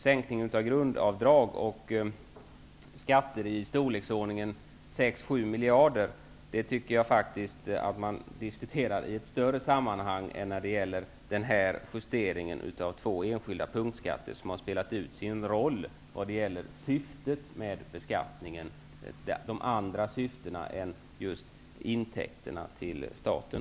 Sänkning av grundavdrag och skatter i storleksordningen 6--7 miljarder tycker jag faktiskt att man diskuterar i ett större sammanhang än det som gäller för denna justering av två enskilda punktskatter som har spelat ut sin roll vad gäller andra syften än att just ge staten intäkter.